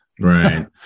Right